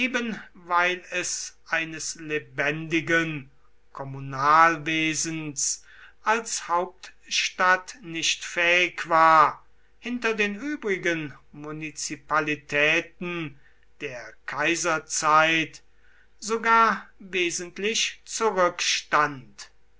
weil es eines lebendigen kommunalwesens als hauptstadt nicht fähig war hinter den übrigen munizipalitäten der kaiserzeit sogar wesentlich zurückstand